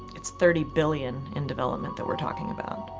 it's thirty billion in development that we're talking about.